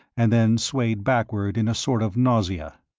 and then swayed backward in a sort of nausea.